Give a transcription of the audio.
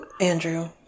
Andrew